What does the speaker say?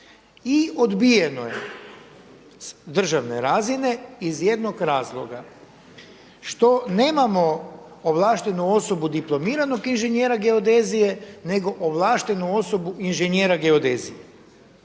I odbijeno je s državne razine iz jednog razloga, što nemamo ovlaštenu osobu diplomiranog inženjera geodezije nego ovlaštenu osobu inženjera geodezija.